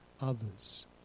others